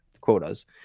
quotas